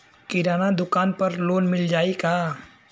किराना दुकान पर लोन मिल जाई का?